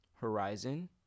Horizon